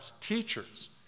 teachers